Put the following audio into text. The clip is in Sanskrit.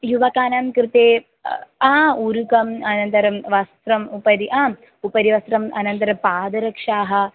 युवकानां कृते ऊरुकम् अनन्तरं वस्त्रम् उपरि आम् उपरि वस्त्रम् अनन्तरं पादरक्षाः